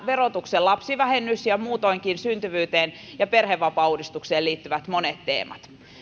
verotuksen lapsivähennys ja muutoinkin syntyvyyteen ja perhevapaauudistukseen liittyvät monet teemat